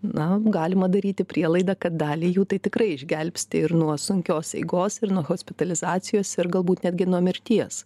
na galima daryti prielaidą kad dalį jų tai tikrai išgelbsti ir nuo sunkios eigos ir nuo hospitalizacijos ir galbūt netgi nuo mirties